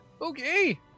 okay